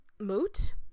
Moot